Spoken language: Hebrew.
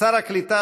כשר הקליטה,